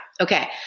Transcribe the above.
Okay